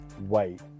Wait